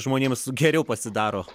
žmonėms geriau pasidaro